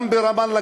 גם ברמאללה,